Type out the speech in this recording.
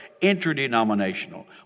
interdenominational